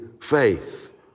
faith